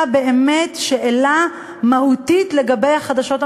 באמת שאלה מהותית לגבי החדשות המקומיות,